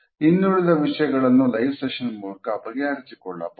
ಇನ್ನುಳಿದ ವಿಷಯಗಳನ್ನು live session ಮೂಲಕ ಬಗೆಹರಿಸಿಕೊಳ್ಳಬಹುದು